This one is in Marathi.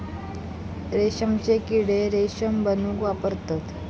रेशमचे किडे रेशम बनवूक वापरतत